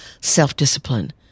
self-discipline